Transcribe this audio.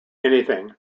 anything